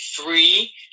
three